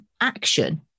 action